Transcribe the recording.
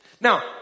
Now